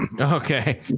Okay